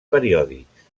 periòdics